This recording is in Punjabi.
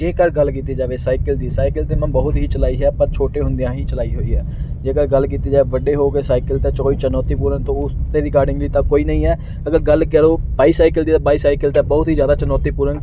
ਜੇਕਰ ਗੱਲ ਕੀਤੀ ਜਾਵੇ ਸਾਈਕਲ ਦੀ ਸਾਈਕਲ ਤਾਂ ਮੈਂ ਬਹੁਤ ਹੀ ਚਲਾਈ ਹੈ ਪਰ ਛੋਟੇ ਹੁੰਦਿਆਂ ਹੀ ਚਲਾਈ ਹੋਈ ਹੈ ਜੇਕਰ ਗੱਲ ਕੀਤੀ ਜਾਵੇ ਵੱਡੇ ਹੋ ਕੇ ਸਾਈਕਲ ਤੇ ਚਹੋਈ ਚੁਣੌਤੀਪੂਰਨ ਤਾਂ ਉਸ 'ਤੇ ਰਿਕਾਰਡਿੰਗ ਵੀ ਤਾਂ ਕੋਈ ਨਹੀਂ ਹੈ ਅਗਰ ਗੱਲ ਕਰੋ ਬਾਈਸਾਈਕਲ ਦੀ ਬਾਈਸਾਈਕਲ ਤਾਂ ਬਹੁਤ ਹੀ ਜ਼ਿਆਦਾ ਚੁਣੌਤੀਪੂਰਨ